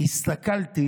הסתכלתי